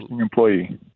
employee